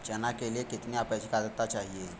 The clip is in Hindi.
चना के लिए कितनी आपेक्षिक आद्रता चाहिए?